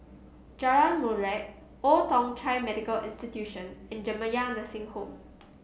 Jalan Molek Old Thong Chai Medical Institution and Jamiyah Nursing Home